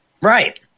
right